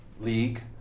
league